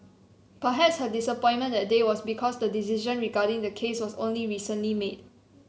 perhaps her disappointment that day was because the decision regarding the case was only recently made